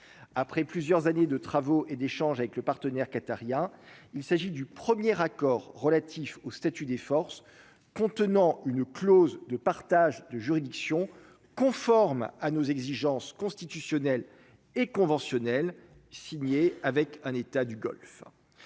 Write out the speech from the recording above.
après plusieurs années de travaux et d'échanges avec le partenaire qatarien, il s'agit du premier accord relatif au statut des forces contenant une clause de partage de juridiction conforme à nos exigences constitutionnelles et conventionnelles signées avec un État du Golfe,